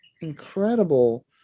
incredible